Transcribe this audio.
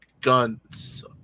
guns